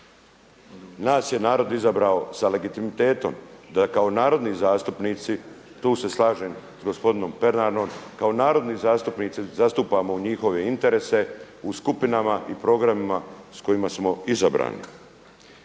Nas je narod izabrao sa legitimitetom da kao narodni zastupnici, tu se slažem s gospodinom Pernarom, kao narodni zastupnici zastupamo njihove interese u skupinama i programima s kojima smo izabrani.